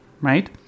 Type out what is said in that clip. right